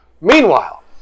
Meanwhile